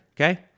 Okay